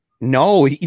No